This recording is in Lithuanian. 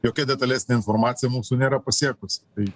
jokia detalesnė informacija mūsų nėra pasiekus tai